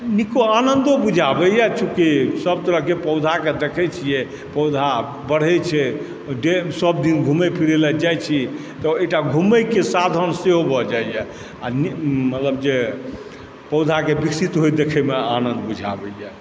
नीको आनन्दो बुझाबैए चूँकि सब तरहके पौधाके देखै छियै पौधा बढ़ै छै डैम सब दिन घुमै फिरै लए जाइ छी तऽ एकटा घुमैके साधन सेहो भऽ जाइए आओर मतलब जे पौधाके विकसित होइत देखैमे आनन्द बुझाबैए